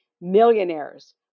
millionaires